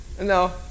No